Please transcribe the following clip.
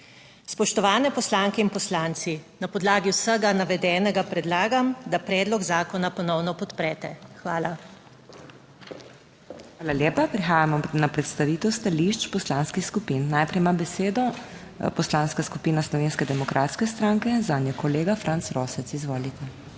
Spoštovane poslanke in poslanci! Na podlagi vsega navedenega predlagam, da predlog zakona ponovno podprete. Hvala. **PODPREDSEDNICA MAG. MEIRA HOT:** Hvala lepa. Prehajamo na predstavitev stališč poslanskih skupin. Najprej ima besedo Poslanska skupina Slovenske demokratske stranke, zanjo kolega Franc Rosec. Izvolite.